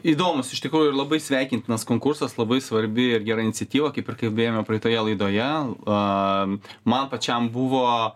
įdomūs iš tikrųjų labai sveikintinas konkursas labai svarbi ir gera iniciatyva kaip ir kalbėjome praeitoje laidoje a man pačiam buvo